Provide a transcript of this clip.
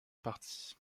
partie